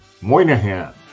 Moynihan